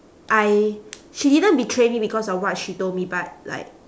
I she didn't betray me because of what she told me but like